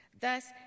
Thus